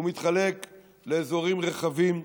הוא מתחלק לאזורים רחבים,